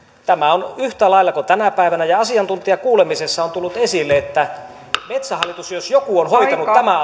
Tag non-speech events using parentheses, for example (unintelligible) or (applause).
tämä on yhtä lailla kuin tänä päivänä ja asiantuntijakuulemisessa on tullut esille että metsähallitus jos joku on hoitanut tämän (unintelligible)